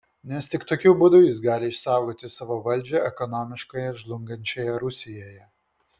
nes tik tokiu būdu jis gali išsaugoti savo valdžią ekonomiškai žlungančioje rusijoje